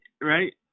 right